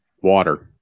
water